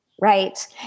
Right